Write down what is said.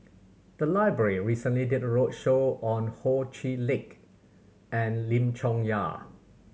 the library recently did a roadshow on Ho Chee Lick and Lim Chong Yah